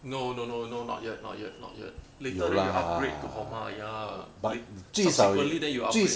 no no no no not yet not yet not yet later then you upgrade to Honma ya subsequently then you upgrade